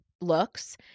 looks